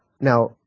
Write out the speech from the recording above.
now